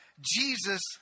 Jesus